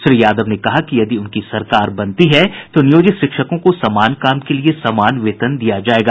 श्री यादव ने कहा कि यदि उनकी सरकार बनती है तो नियोजित शिक्षकों को समान काम के लिये समान वेतन दिया जायेगा